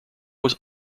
was